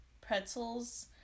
pretzels